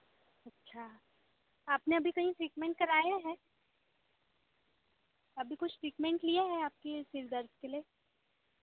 अच्छा आपने अभी कहीं ट्रीटमेंट कराया है अभी कुछ ट्रीटमेंट लिया है आपके सर दर्द के लिए